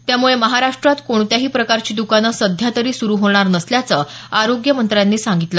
त्यामुळे महाराष्टात कोणत्याही प्रकारची दकानं सध्या तरी सुरु होणार नसल्याचं आरोग्य मंत्र्यांनी सांगितलं